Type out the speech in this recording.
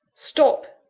stop!